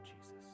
Jesus